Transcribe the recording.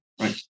right